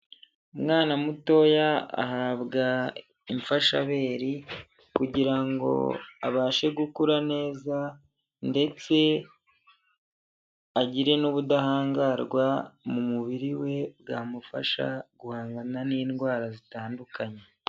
Umwana mutoya ahabwa imfashabere, kugira ngo abashe gukura neza, ndetse agire n'ubudahangarwa mu mubiri we, bwamufasha guhangana n'indwara zitandukanye.